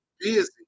busy